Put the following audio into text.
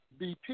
BP